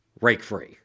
rake-free